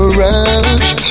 rush